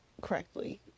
correctly